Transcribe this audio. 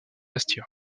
bastia